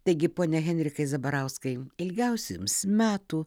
taigi pone henrikai zabarauskai ilgiausių jums metų